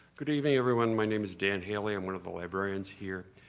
good evening everyone. my name is dan haley. i'm one of the librarians here